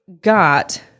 got